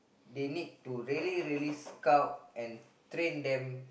they need to really really scout and train them